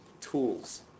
Tools